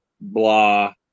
blah